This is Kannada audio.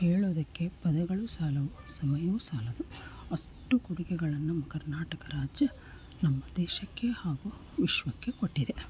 ಹೇಳೋದಕ್ಕೆ ಪದಗಳು ಸಾಲವು ಸಮಯವೂ ಸಾಲದು ಅಷ್ಟು ಕೊಡುಗೆಗಳನ್ನು ನಮ್ಮ ಕರ್ನಾಟಕ ರಾಜ್ಯ ನಮ್ಮ ದೇಶಕ್ಕೆ ಹಾಗು ವಿಶ್ವಕ್ಕೆ ಕೊಟ್ಟಿದೆ